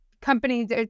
companies